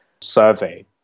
survey